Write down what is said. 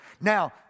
Now